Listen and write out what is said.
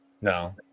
no